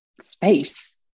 space